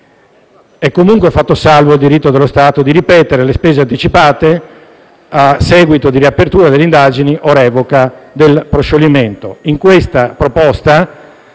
È comunque fatto salvo il diritto dello Stato di ripetere le spese anticipate a seguito di riapertura delle indagini o di revoca del proscioglimento.